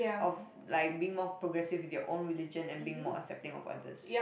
of like being more progressive with your own religion and being more accepting of others